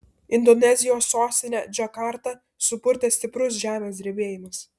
indonezijos sostinę džakartą supurtė stiprus žemės drebėjimas